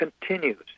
continues